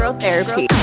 Therapy